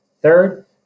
Third